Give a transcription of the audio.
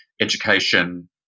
education